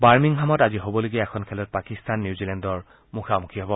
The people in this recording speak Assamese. বাৰ্মিংহামত আজি হ'বলগীয়া এখন খেলত পাকিস্তান নিউজিলেণ্ডৰ মুখামুখি হ'ব